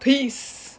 please